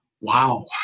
Wow